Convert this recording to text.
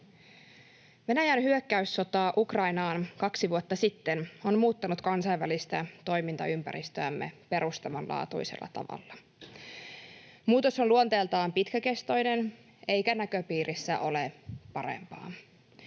Venäjän hyökkäyssota Ukrainaan kaksi vuotta sitten on muuttanut kansainvälistä toimintaympäristöämme perustavanlaatuisella tavalla. Muutos on luonteeltaan pitkäkestoinen, eikä näköpiirissä ole parempaa.